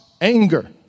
anger